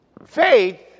Faith